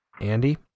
Andy